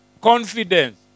confidence